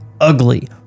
Ugly